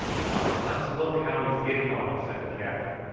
come and let's look how he's getting on, said the captain.